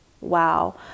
wow